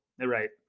right